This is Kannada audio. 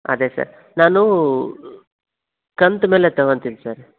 ಅದೆ ಸರ್ ನಾನು ಕಂತು ಮೇಲೆ ತಗೊತಿನ್ ಸರ್